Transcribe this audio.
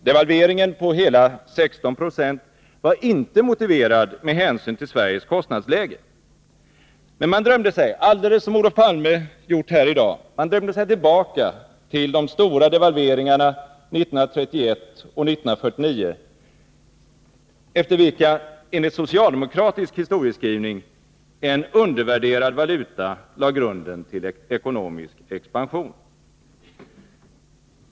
Devalveringen på hela 16 70 var inte motiverad med hänsyn till Sveriges kostnadsläge. Men man drömde sig, alldeles som Olof Palme gjorde här i dag, tillbaka till de stora devalveringarna 1931 och 1949, efter vilka enligt socialdemokratisk historieskrivning en undervärderad valuta lade grunden till ekonomisk expansion.